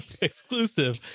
exclusive